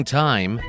time